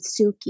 Suki